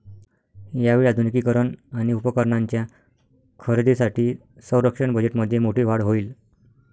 यावेळी आधुनिकीकरण आणि उपकरणांच्या खरेदीसाठी संरक्षण बजेटमध्ये मोठी वाढ होईल